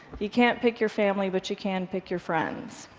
you can't pick your family, but you can pick your friends.